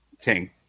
ting